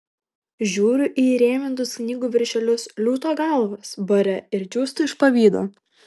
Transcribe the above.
žiūriu į įrėmintus knygų viršelius liūto galvos bare ir džiūstu iš pavydo